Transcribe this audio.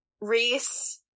Reese